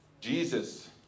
Jesus